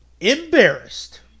embarrassed